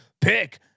pick